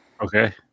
Okay